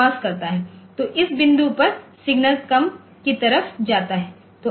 तो इस बिंदु पर सिग्नल कम की तरफ जाता है